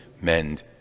mend